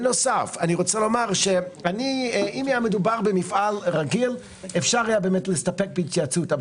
אם היה מדובר במפעל רגיל אפשר היה להסתפק בהתייעצות,